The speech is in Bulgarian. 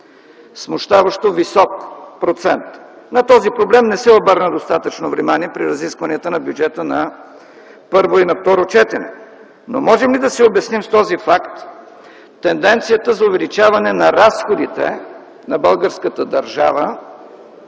Смущаващо висок процент. На този проблем не се обърна достатъчно внимание при разискванията на бюджета на първо и на второ четене. Не можем да си обясним с този факт тенденцията за увеличаване на разходите на българската държава